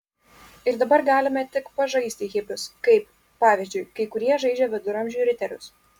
ir dabar galime tik pažaisti hipius kaip pavyzdžiui kai kurie žaidžia viduramžių riterius